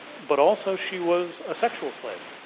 but also she was a sexual slave.